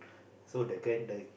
so the grand the